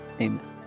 amen